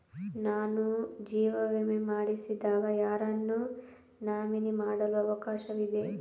ನಾನು ಜೀವ ವಿಮೆ ಮಾಡಿಸಿದಾಗ ಯಾರನ್ನು ನಾಮಿನಿ ಮಾಡಲು ಅವಕಾಶವಿದೆ?